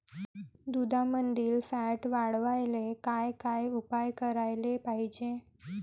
दुधामंदील फॅट वाढवायले काय काय उपाय करायले पाहिजे?